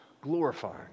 glorifying